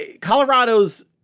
Colorado's